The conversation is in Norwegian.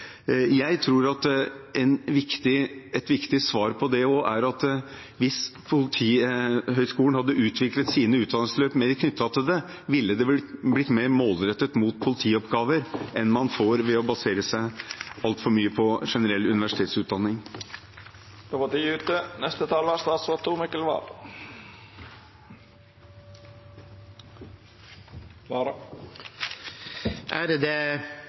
at jeg tror et viktig svar på det er at hvis Politihøgskolen hadde utviklet sine utdanningsløp mer knyttet til det, ville det blitt mer målrettet mot politioppgaver enn om man baserer seg altfor mye på generell